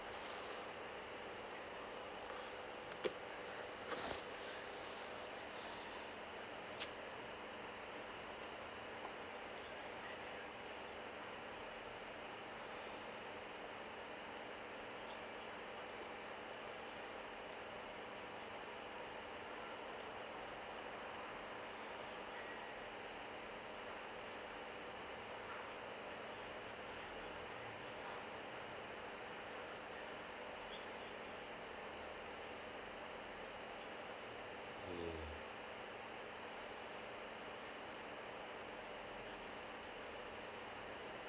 mm